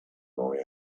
boy